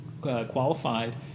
qualified